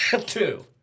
Two